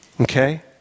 okay